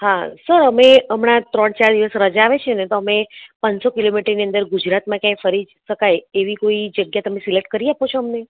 હા સર અમે હમણાં ત્રણ ચાર દિવસ રજા આવે છે ને તો અમે પાંચસો કિલોમીટરની અંદર ગુજરાતમાં ક્યાંય ફરી શકાય એવી કોઈ જગ્યા તમે સિલેક્ટ કરી આપો છો અમને